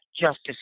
justice